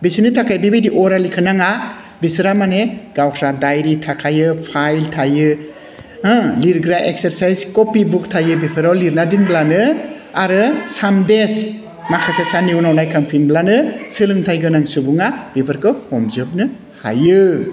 बिसोरनि थाखाय बेबादि अरेलखौ नाङा बिसोरहा माने गावस्रा डायरि थाखायो फाइल थायो होह लिरग्रा एकसारसाइस कपि बुक थायो बेफोराव लिरना दोनब्लानो आरो सानदेस माखासे साननि उनाव नायखां फिनब्लानो सोलोंथाइ गोनां सुबुङा बिफोरखौ हमजोबनो हायो